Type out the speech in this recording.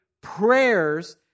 prayers